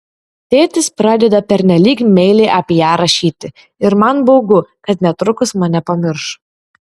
tėtis pradeda pernelyg meiliai apie ją rašyti ir man baugu kad netrukus mane pamirš